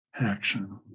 Action